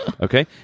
okay